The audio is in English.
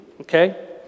okay